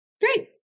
great